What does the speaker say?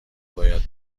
باید